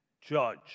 judge